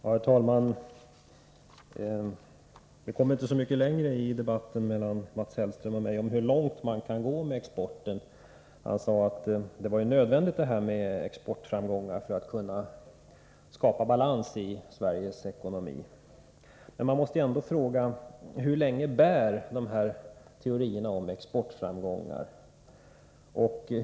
Herr talman! Vi kom inte så mycket längre i vår debatt, Mats Hellström och jag, om hur långt man kan gå med exporten. Han sade att det var nödvändigt med exportframgångar för att skapa balans i Sveriges ekonomi. Men man måste ändå fråga: Hur länge bär teorierna om exportframgångar?